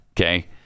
okay